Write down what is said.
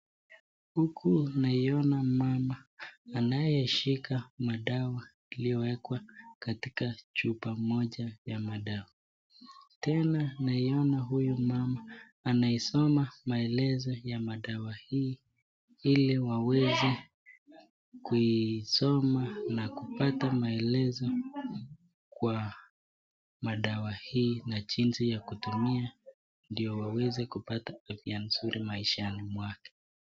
Huku tunaiona mama anayeshika madawa iliyowekwa katika chupa moja ya madawa. Tena tunaiona huyu mama anayesoma maelezo ya madawa hii ili waweze kuisoma na kupata maelezo kwa dawa hii na jinsi ya kutumia ndio waweze kupata afya nzuri maishani mwake.